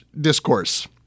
discourse